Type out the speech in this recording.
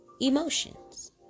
emotions